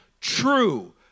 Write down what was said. true